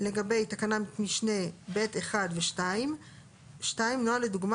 לגבי תקנת משנה (ב)(1) ו-(2); (2)נוהל לדוגמה